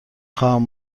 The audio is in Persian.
خواهم